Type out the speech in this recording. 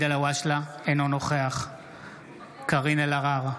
אינו נוכח קארין אלהרר,